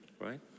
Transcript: right